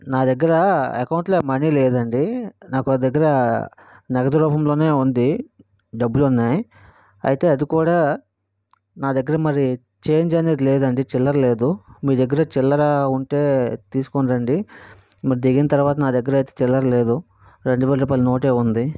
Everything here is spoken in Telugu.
నా దగ్గర అకౌంట్లో మనీ లేదు అండి నాకు దగ్గర నగదు రూపంలోనే ఉంది డబ్బులు ఉన్నాయి అయితే అది కూడా నా దగ్గర మరి చేంజ్ అనేది లేదు అండి చిల్లర లేదు మీ దగ్గర చిల్లర ఉంటే తీసుకోని రండి మరి దిగిన తర్వాత నా దగ్గర అయితే చిల్లర లేదు రెండు వేల రూపాయల నోటే ఉంది